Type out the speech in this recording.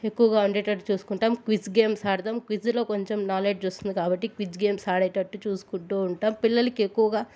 ఎక్కువగా ఉండేటట్టు చూసుకుంటాం క్విజ్ గేమ్స్ ఆడతం క్విజ్లో కొంచం నాలెడ్జ్ వస్తుంది కాబట్టి క్విజ్ గేమ్స్ ఆడేటట్టు చూసుకుంటూ ఉంటాం పిల్లలకి ఎక్కువగా